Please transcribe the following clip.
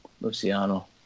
Luciano